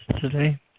today